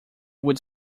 would